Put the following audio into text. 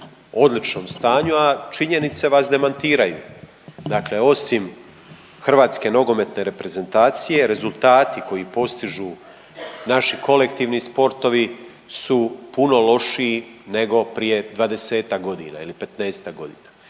odličnom stanju, a činjenice vas demantiraju, dakle osim Hrvatske nogometne reprezentacije rezultati koji postižu naši kolektivni sportovi su puno lošiji nego prije 20-tak godina ili 15-tak godina.